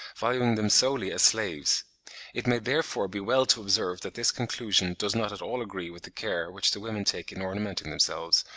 valuing them solely as slaves it may therefore be well to observe that this conclusion does not at all agree with the care which the women take in ornamenting themselves,